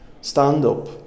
stand-up